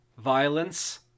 Violence